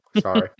Sorry